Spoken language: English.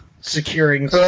securing